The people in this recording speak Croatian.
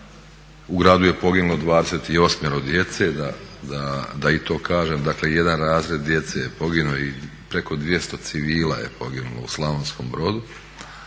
U gradu je poginulo 28 djece da i to kažem, dakle jedan razred djece je poginuo i preko 200 civila je poginulo u Slavonskom Brodu.